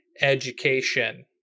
education